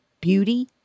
beauty